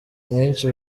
benshi